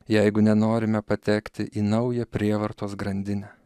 jeigu nenorime patekti į naują prievartos grandinę